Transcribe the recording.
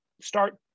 start